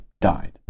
died